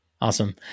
Awesome